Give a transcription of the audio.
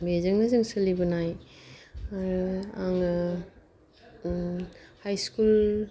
बेजोंनो जों सोलिबोनाय आरो आङो हाइ स्कुल